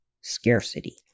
scarcity